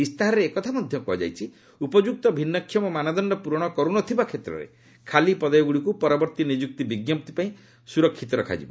ଇସ୍ତାହାରରେ ଏ କଥା ମଧ୍ୟ କୁହାଯାଇଛି ଉପଯୁକ୍ତ ଭିନୁକ୍ଷମ ମାନଦଣ୍ଡ ପୂରଣ କରୁନଥିବା କ୍ଷେତ୍ରରେ ଖାଲି ପଦବୀଗୁଡ଼ିକୁ ପରବର୍ତ୍ତୀ ନିଯୁକ୍ତି ବିଜ୍ଞପ୍ତି ପାଇଁ ସୁରକ୍ଷିତ ରଖାଯିବ